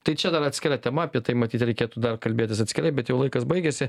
tai čia dar atskira tema apie tai matyt reikėtų dar kalbėtis atskirai bet jau laikas baigėsi